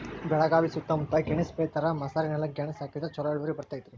ಬೆಳಗಾವಿ ಸೂತ್ತಮುತ್ತ ಗೆಣಸ್ ಬೆಳಿತಾರ, ಮಸಾರಿನೆಲಕ್ಕ ಗೆಣಸ ಹಾಕಿದ್ರ ಛಲೋ ಇಳುವರಿ ಬರ್ತೈತಿ